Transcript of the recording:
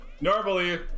Normally